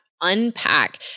unpack